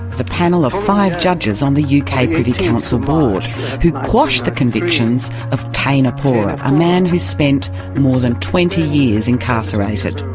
the panel of five judges on the uk kind of privy council board who quashed the convictions of teina pora, a man who spent more than twenty years incarcerated.